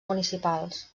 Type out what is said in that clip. municipals